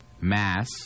mass